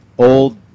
Old